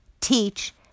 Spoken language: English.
teach